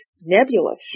nebulous